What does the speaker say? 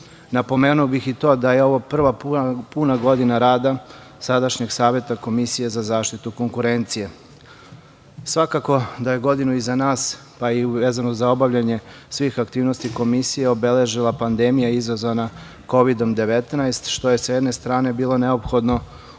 Komisiji. Napomenuo bih i to da je ovo prva puna godina rada sadašnjeg Saveta Komisije za zaštitu konkurencije. Svakako da je godinu iza nas, pa i vezano za obavljanje svih aktivnosti Komisije, obeležila pandemija izazvana Kovidom 19, što je sa jedne strane bilo neophodno